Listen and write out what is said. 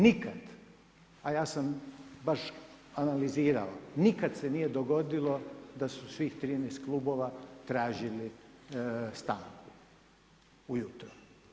Nikad, a ja sam baš analizirao, nikad se nije dogodilo da su svih 13 klubova tražili stanku ujutro.